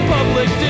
Public